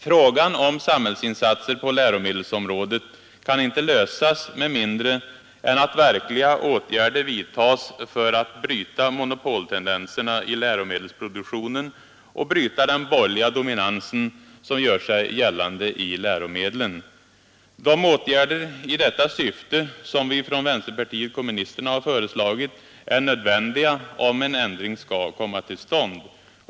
Frågan om samhällsinsatser på läromedelsområdet kan 74 inte lösas med mindre än att verkliga åtgärder vidtas för att bryta monopoltendenserna i läromedelsproduktionen och bryta den borgerliga dominansen som gör sig gällande i läromedlen. De åtgärder i detta syfte som vi från vänsterpartiet kommunisterna föreslagit är nödvändiga om en ändring skall komma till stånd.